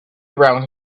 around